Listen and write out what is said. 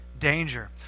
danger